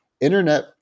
Internet